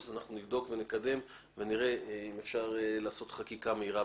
נבדוק ונקדם, נראה אם אפשר לעשות חקיקה בעניין.